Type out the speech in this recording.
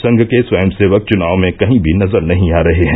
संघ के सेवक चुनाव में कहीं भी नजर नही आ रहे हैं